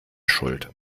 schuld